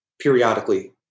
periodically